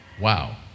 Wow